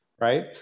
right